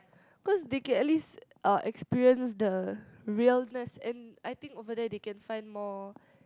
cause they can at least er experience the realness and I think over there they can find more